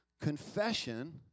Confession